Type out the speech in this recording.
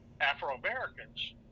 Afro-Americans